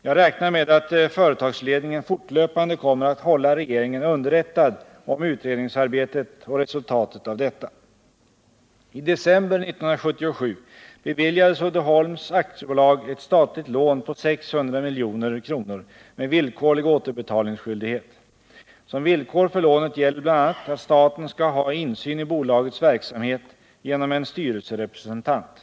Jag räknar med att företagsledningen fortlöpande kommer att hålla regeringen underrättad om utredningsarbetet och resultatet av detta. I december 1977 beviljades Uddeholms AB ett statligt lån på 600 milj.kr. med villkorlig återbetalningsskyldighet. Som villkor för lånet gäller bl.a. att staten skall ha insyn i bolagets verksamhet genom en styrelserepresentant.